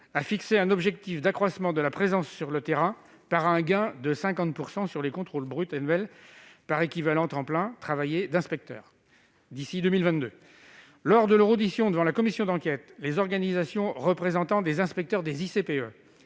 a fixé un objectif d'« accroissement de la présence sur le terrain par un gain de 50 % sur les contrôles bruts annuels par équivalent temps plein travaillé d'inspecteur » d'ici à 2022. Lors de leur audition devant la commission d'enquête, les organisations représentantes des inspecteurs des ICPE